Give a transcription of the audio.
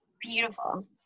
beautiful